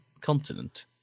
continent